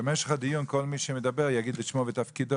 במשך הדיון כל מי שמדבר יגיד את שמו ותפקידו,